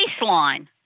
baseline